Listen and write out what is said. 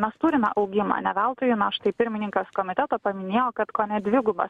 mes turime augimą ne veltui jį na štai pirmininkas komiteto paminėjo kad kone dvigubas